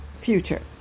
future